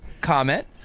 comment